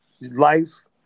life